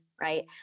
right